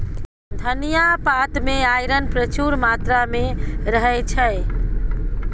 धनियाँ पात मे आइरन प्रचुर मात्रा मे रहय छै